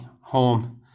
home